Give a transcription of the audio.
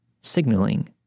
signaling